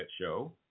show